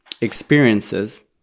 experiences